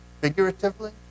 Figuratively